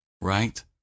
right